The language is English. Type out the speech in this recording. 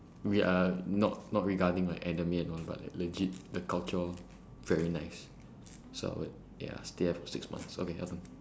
oh ya not regarding the anime and all but like legit the culture very nice so I would ya stay up to six months okay your turn